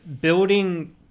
building